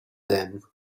them